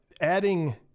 adding